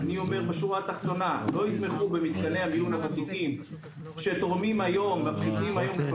אם לא יתמכו במתקני המיון הוותיקים החל מ-2023,